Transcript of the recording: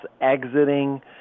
exiting